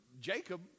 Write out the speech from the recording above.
Jacob